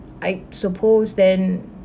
I suppose then